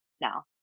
now